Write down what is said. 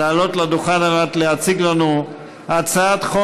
לעלות לדוכן על מנת להציג לנו הצעת חוק